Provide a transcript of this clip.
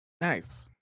nice